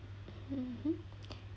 mmhmm